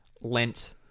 lent